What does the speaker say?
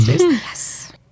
yes